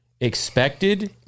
expected